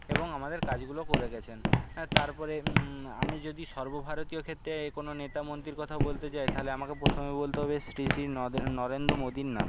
এবং আমাদের কাজগুলো করে গেছেন তারপরে আমি যদি সর্বভারতীয় ক্ষেত্রে কোনো নেতা মন্ত্রীর কথা বলতে যাই তাহলে আমাকে প্রথমেই বলতে হবে শ্রী শ্রী নদে নরেন্দ্র মোদির নাম